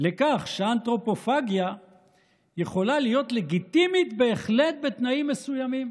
לכך שאנתרופופגיה יכולה להיות לגיטימית בהחלט בתנאים מסוימים.